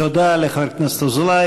תודה לחבר הכנסת אזולאי.